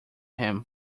him